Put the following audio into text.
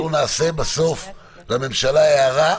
אנחנו נעשה בסוף לממשלה הערה,